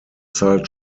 zahlt